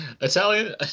Italian